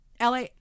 LA